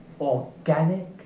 organic